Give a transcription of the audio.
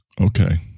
okay